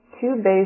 two-base